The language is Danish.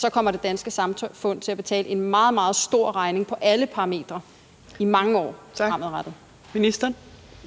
så kommer det danske samfund til at betale en meget, meget stor regning på alle parametre i mange år fremadrettet?